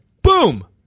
Boom